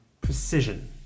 precision